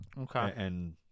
Okay